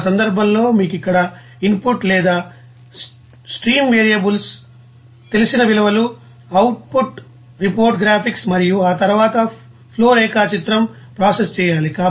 ఆ సందర్భంలో మీకు ఇక్కడ ఇన్పుట్ డేటా స్ట్రీమ్ వేరియబుల్స్ తెలిసిన విలువలు అవుట్పుట్ రిపోర్ట్ గ్రాఫిక్స్ మరియు ఆ తర్వాత ఫ్లో రేఖాచిత్రం ప్రాసెస్ చేయాలి